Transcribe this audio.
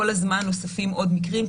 כל הזמן נוספים מקרים,